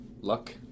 luck